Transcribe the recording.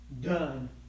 done